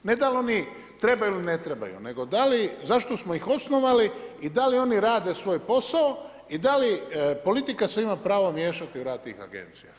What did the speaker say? Ne da li oni trebaju ili ne trebaju, nego da li, zašto smo ih osnovali i da li oni rade svoj posao i da li politika se ima pravo miješati u rad tih agencija.